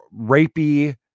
rapey